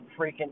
freaking